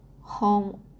home